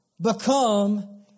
become